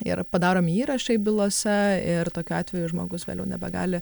yra padaromi įrašai bylose ir tokiu atveju žmogus vėliau nebegali